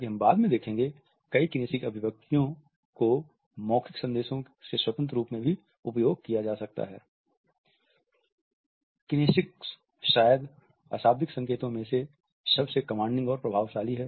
kinesics शायद अशाब्दिक संकेतो में से सबसे कमांडिंग और प्रभावशाली है